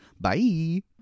Bye